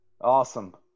Awesome